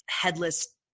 headless